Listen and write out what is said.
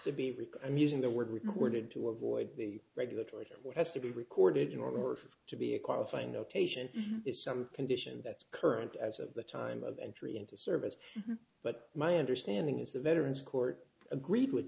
to be rico and using the word recorded to avoid the regulatory what has to be recorded in order to be a qualifying notation is some condition that's current as of the time of entry into service but my understanding is the veterans court agreed with